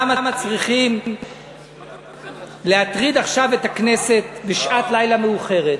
למה צריכים להטריד עכשיו את הכנסת בשעת לילה מאוחרת,